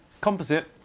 composite